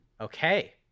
okay